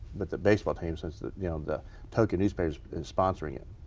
but the baseball team since the yeah the tokyo newspaper is sponsoring it.